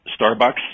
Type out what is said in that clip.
Starbucks